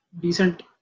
decent